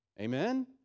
Amen